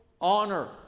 honor